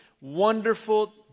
wonderful